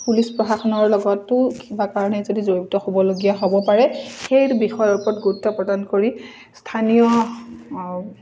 police প্ৰশাসনৰ লগতো কিবা কাৰণে যদি জড়িত হ'বলগীয়া হ'ব পাৰে সেই বিষয়ৰ ওপৰত গুৰুত্ব প্ৰদান কৰি স্থানীয়